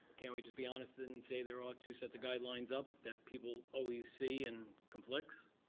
can't we just be honest and and say there are ah two sets of guidelines up that people always see and conflicts?